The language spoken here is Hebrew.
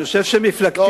אני חושב שמפלגתי,